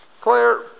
Claire